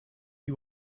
you